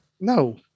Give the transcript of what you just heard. No